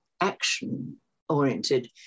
action-oriented